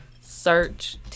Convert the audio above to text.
search